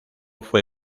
fue